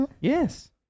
yes